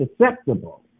susceptible